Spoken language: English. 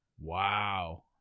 Wow